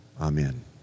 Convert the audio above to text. Amen